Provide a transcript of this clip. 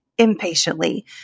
impatiently